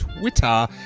Twitter